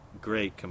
great